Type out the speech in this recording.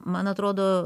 man atrodo